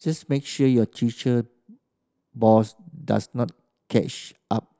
just make sure your teacher boss does not catch up